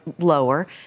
Lower